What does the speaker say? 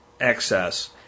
excess